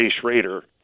Schrader